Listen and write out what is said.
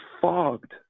fogged